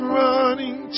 running